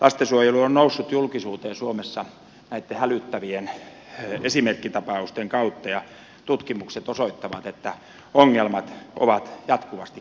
lastensuojelu on noussut julkisuuteen suomessa näitten hälyttävien esimerkkitapausten kautta ja tutkimukset osoittavat että ongelmat ovat jatkuvasti kasvussa